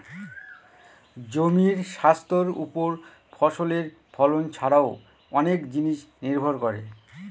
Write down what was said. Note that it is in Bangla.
জমির স্বাস্থ্যের ওপর ফসলের ফলন ছারাও অনেক জিনিস নির্ভর করে